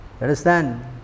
Understand